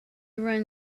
run